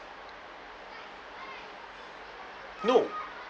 no